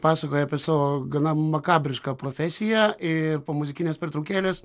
pasakoja apie savo gana makabrišką profesiją ir po muzikinės pertraukėlės